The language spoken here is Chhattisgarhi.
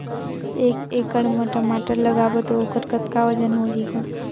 एक एकड़ म टमाटर लगाबो तो ओकर कतका वजन होही ग?